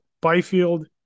Byfield